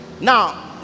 Now